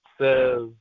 says